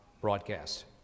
broadcast